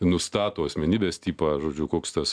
nustato asmenybės tipą žodžiu koks tas